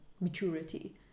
maturity